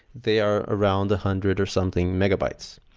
they are around a hundred or something megabytes.